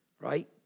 right